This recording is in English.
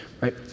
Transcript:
Right